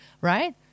right